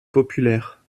populaires